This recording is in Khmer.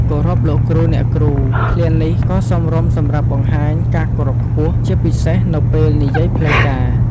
"គោរពលោកគ្រូ អ្នកគ្រូ" ឃ្លានេះក៏សមរម្យសម្រាប់បង្ហាញការគោរពខ្ពស់ ជាពិសេសនៅពេលនិយាយផ្លូវការ។